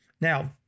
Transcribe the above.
Now